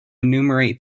enumerate